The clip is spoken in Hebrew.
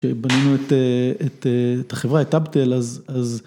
‫כשבנינו את החברה, את האבטל, ‫אז...